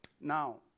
Now